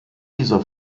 dieser